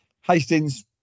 Hastings